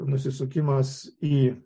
nusisukimas į